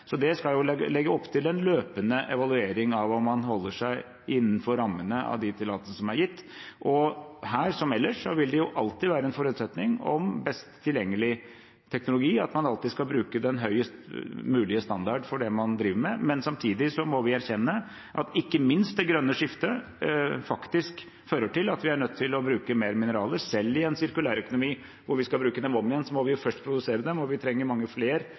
Det skal legges opp til en løpende evaluering av om man holder seg innenfor rammene av de tillatelsene som er gitt. Her, som ellers, vil det alltid være en forutsetning om best tilgjengelig teknologi, at man alltid skal bruke den høyest mulige standard for det man driver med. Men samtidig må vi erkjenne at ikke minst det grønne skiftet faktisk fører til at vi er nødt til å bruke mer mineraler. Selv i en sirkulærøkonomi, hvor vi skal bruke dem om igjen, må vi først produsere dem, og vi trenger mange flere